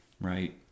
right